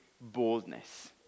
boldness